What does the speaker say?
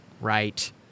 Right